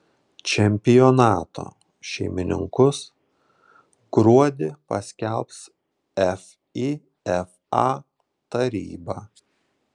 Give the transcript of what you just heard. čempionato šeimininkus gruodį paskelbs fifa taryba